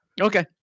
Okay